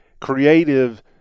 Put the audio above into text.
creative